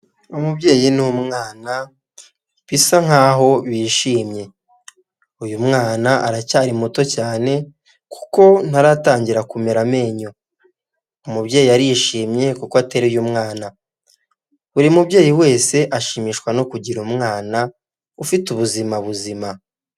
Umubyeyi n'umwana, bisa nkaho bishimye uyu mwana aracyari muto cyane kuko ntaratangira kumera amenyo, umubyeyi arishimye kuko ateruye umwana, buri mubyeyi wese ashimishwa no kugira umwana ufite ubuzima buzima.